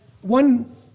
one